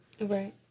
Right